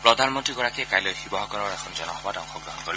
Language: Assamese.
প্ৰধানমন্ত্ৰীগৰাকীয়ে কাইলৈ শিৱসাগৰৰ এখন জনসভাত অংশগ্ৰহণ কৰিব